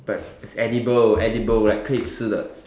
but it's edible edible like 可以吃的